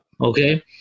Okay